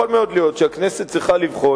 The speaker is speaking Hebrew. יכול מאוד להיות שהכנסת צריכה לבחון